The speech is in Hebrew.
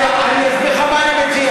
אני אסביר לך מה אני מציע.